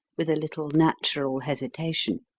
with a little natural hesitation.